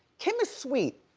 kim is sweet.